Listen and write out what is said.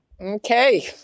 Okay